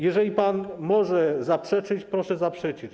Jeżeli pan może zaprzeczyć, proszę zaprzeczyć.